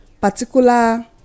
particular